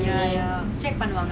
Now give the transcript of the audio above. oh ya